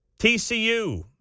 TCU